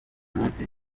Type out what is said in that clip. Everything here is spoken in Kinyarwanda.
mujyi